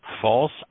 false